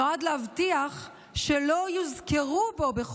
נועד להבטיח שלא יוזכרו בו,